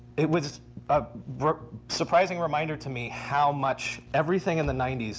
it was a surprising reminder to me how much everything in the ninety s,